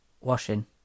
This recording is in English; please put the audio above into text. Washing